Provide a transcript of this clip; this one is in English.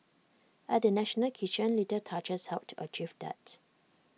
at the national kitchen little touches helped to achieve that